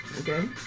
Okay